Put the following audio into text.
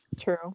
True